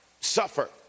suffer